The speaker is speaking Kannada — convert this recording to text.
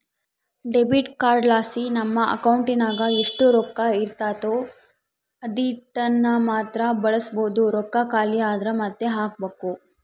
ಡೆಬಿಟ್ ಕಾರ್ಡ್ಲಾಸಿ ನಮ್ ಅಕೌಂಟಿನಾಗ ಎಷ್ಟು ರೊಕ್ಕ ಇರ್ತತೋ ಅದೀಟನ್ನಮಾತ್ರ ಬಳಸ್ಬೋದು, ರೊಕ್ಕ ಖಾಲಿ ಆದ್ರ ಮಾತ್ತೆ ಹಾಕ್ಬಕು